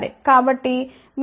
కాబట్టి మీరు ఇక్కడ 0